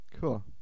Cool